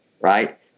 right